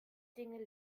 dinge